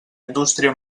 indústria